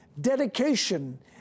dedication